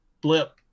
blip